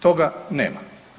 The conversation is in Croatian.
Toga nema.